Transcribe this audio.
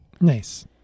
Nice